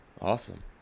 Awesome